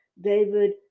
David